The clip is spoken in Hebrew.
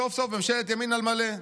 סוף-סוף ממשלת ימין על מלא.